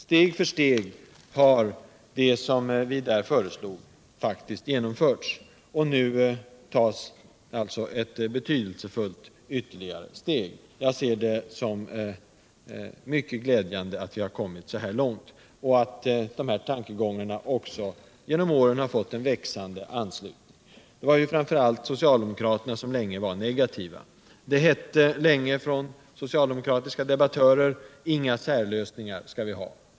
Steg för steg har det vi där förestog faktiskt genomlörts, och nu tas alltså ett betydelsefullt "ytterligare steg. Jag ser det som mycket glädjande att vi har kommit så här långt, och att dessa tankegångar genom åren har fått en växande anslutning. Det är framför allt socialdemokraterna som har varit negativa. Det sades länge av socialdemokratiska debattörer: Vi skall inte ha några särlösningar.